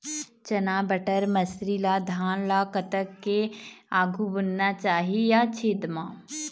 चना बटर मसरी ला धान ला कतक के आघु बुनना चाही या छेद मां?